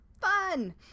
fun